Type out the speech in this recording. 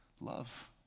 love